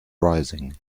rising